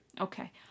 Okay